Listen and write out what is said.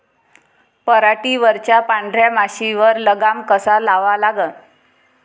पराटीवरच्या पांढऱ्या माशीवर लगाम कसा लावा लागन?